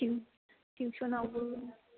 थिउसनआवबो